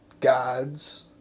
gods